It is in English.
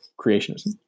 creationism